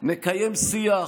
נקיים שיח,